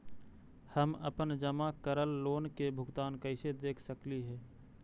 हम अपन जमा करल लोन के भुगतान कैसे देख सकली हे?